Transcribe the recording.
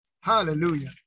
Hallelujah